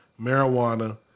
marijuana